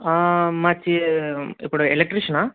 మా చే ఇప్పుడు ఎలక్ట్రిషియనా